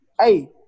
hey